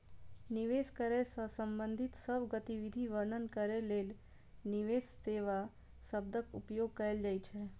निवेश करै सं संबंधित सब गतिविधि वर्णन करै लेल निवेश सेवा शब्दक उपयोग कैल जाइ छै